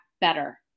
better